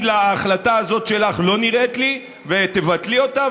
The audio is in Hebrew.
לה: ההחלטה הזאת שלך לא נראית לי ותבטלי אותה,